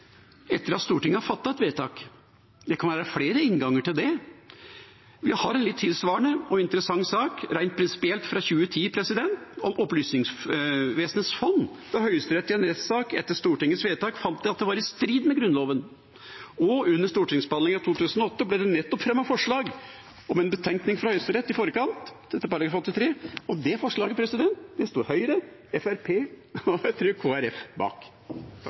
etter at Stortinget har fattet et vedtak. Det kan være flere innganger til det. Vi har en litt tilsvarende og interessant sak rent prinsipielt fra 2010 om Opplysningsvesenets fond, der Høyesterett i en rettssak etter Stortingets vedtak fant at det var i strid med Grunnloven. Under stortingsbehandlingen i 2008 ble det nettopp fremmet forslag om en betenkning fra Høyesterett i forkant til § 83, og det forslaget sto Høyre, Fremskrittspartiet og – jeg tror – Kristelig Folkeparti bak.